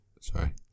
sorry